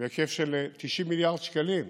בהיקף של 90 מיליארד שקלים: